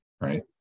right